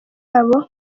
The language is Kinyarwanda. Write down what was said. yabo